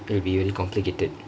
it will be really complicated